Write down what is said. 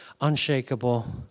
unshakable